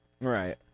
right